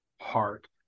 heart